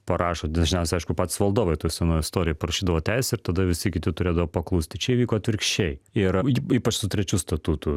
parašo dažniausiai aišku patys valdovai toj senoj istorijoj prašydavo teisę ir tada visi kiti turėdavo paklusti čia įvyko atvirkščiai ir ypač su trečiu statutu